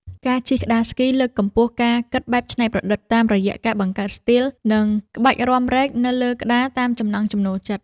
ការជិះក្ដារស្គីលើកកម្ពស់ការគិតបែបច្នៃប្រឌិត តាមរយៈការបង្កើតស្ទីល និងក្បាច់រាំរែកនៅលើក្ដារតាមចំណង់ចំណូលចិត្ត។